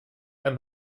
and